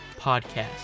podcast